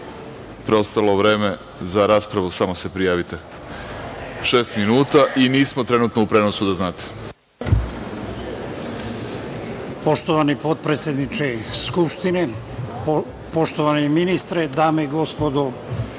Preostalo vreme za raspravu, samo se prijavite, šest minuta, i nismo trenutno u prenosu, da znate. **Bratimir Vasiljević** Poštovani potpredsedniče Skupštine, poštovani ministre, dame i gospodo